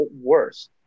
worse